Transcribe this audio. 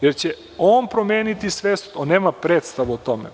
Jer će on promeniti svest, on nema predstavu o tome.